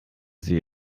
sie